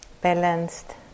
balanced